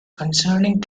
concerning